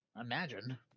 Imagine